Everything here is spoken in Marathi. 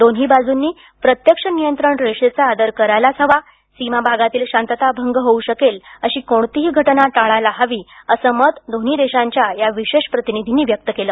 दोन्ही बाजूंनी प्रत्यक्ष नियंत्रण रेषेचा आदर करायलाच हवा सीमा भागातील शांतता भंग होऊ शकेल अशी कोणतीही घटना टाळायला हवी असं मत दोन्ही देशांच्या या विशेष प्रतिनिधींनी व्यक्त केलं